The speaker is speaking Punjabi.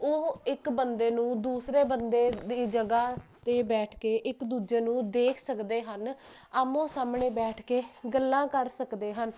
ਉਹ ਇੱਕ ਬੰਦੇ ਨੂੰ ਦੂਸਰੇ ਬੰਦੇ ਦੀ ਜਗ੍ਹਾ 'ਤੇ ਬੈਠ ਕੇ ਇੱਕ ਦੂਜੇ ਨੂੰ ਦੇਖ ਸਕਦੇ ਹਨ ਆਮੋ ਸਾਹਮਣੇ ਬੈਠ ਕੇ ਗੱਲਾਂ ਕਰ ਸਕਦੇ ਹਨ